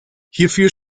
hierfür